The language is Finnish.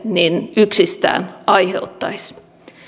yksistään aiheuttaisivat